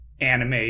anime